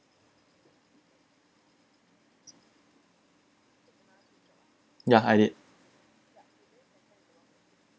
ya I did